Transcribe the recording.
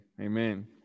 Amen